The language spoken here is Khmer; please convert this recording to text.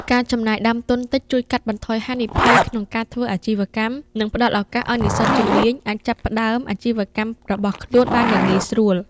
ការចំណាយដើមទុនតិចជួយកាត់បន្ថយហានិភ័យក្នុងការធ្វើអាជីវកម្ម និងផ្តល់ឱកាសឱ្យនិស្សិតជំនាញអាចចាប់ផ្តើមអាជីវកម្មរបស់ខ្លួនបានយ៉ាងងាយស្រួល។